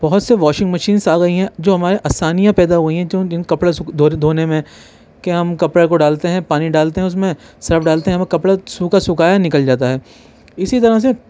بہت سے washing machines آ گئی ہیں جو ہمارے آسانیاں پیدا ہو گئی ہیں جو جن کپڑے دھونے میں کہ ہم کپڑے ڈالتے ہیں پانی ڈالتے ہیں اس میں صرف ڈالتے ہیں کپڑا سوکھا سکھایا نکل جاتا ہے اسی طرح سے